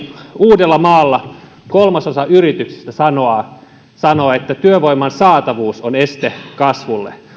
uudellamaalla kolmasosa yrityksistä sanoo että työvoiman saatavuus on este kasvulle